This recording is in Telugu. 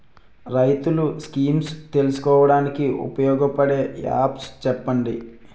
రైతులు స్కీమ్స్ తెలుసుకోవడానికి ఉపయోగపడే యాప్స్ చెప్పండి?